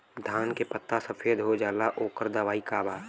धान के पत्ता सफेद हो जाला ओकर दवाई का बा?